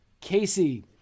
Casey